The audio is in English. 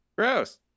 Gross